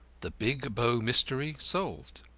the big bow mystery solved